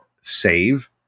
save